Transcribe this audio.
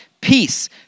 Peace